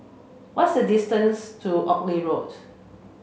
what's the distance to Oxley Road